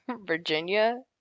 Virginia